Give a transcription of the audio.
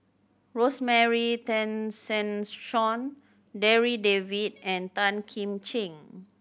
Rosemary Tessensohn Darryl David and Tan Kim Ching